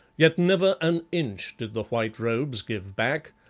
yet never an inch did the white robes give back,